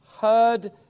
heard